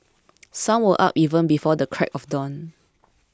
some were up even before the crack of dawn